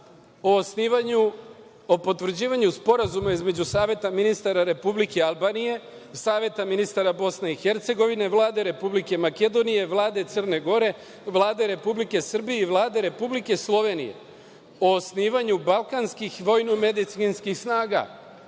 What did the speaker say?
o potvrđivanju Sporazuma između Saveta ministara Republike Albenije, Saveta ministara Bosne i Hercegovine, Vlade Republike Makedonije, Vlade Crne Gore, Vlade Republike Srbije i Vlade Republike Slovenije o osnivanju balkanskih vojnomedicinskih snaga.